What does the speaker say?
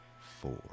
four